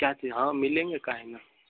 क्या चीज हाँ मिलेंगे काहे न